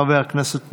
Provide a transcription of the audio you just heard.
חבר הכנסת מעוז.